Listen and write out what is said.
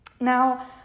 Now